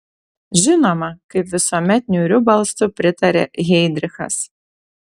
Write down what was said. žinoma kaip visuomet niūriu balsu pritarė heidrichas